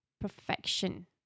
perfection